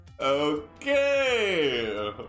Okay